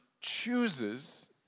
chooses